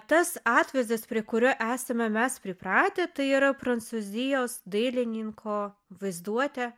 tas atvaizdas prie kurio esame mes pripratę tai yra prancūzijos dailininko vaizduotė